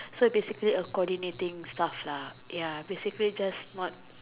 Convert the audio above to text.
so basically coordinating stuff lah ya basically just not